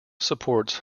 supports